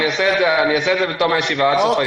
אני אעשה את זה בתום הישיבה, עד סוף היום.